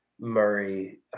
Murray